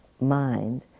mind